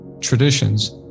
traditions